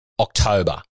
October